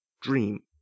dream